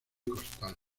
costal